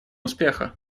успеха